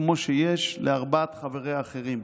כמו שיש לארבעת חבריה האחרים.